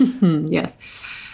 Yes